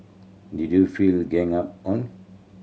did you feel ganged up on